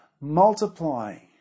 multiplying